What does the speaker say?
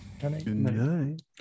Goodnight